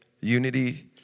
unity